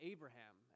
Abraham